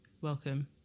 welcome